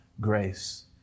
grace